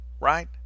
right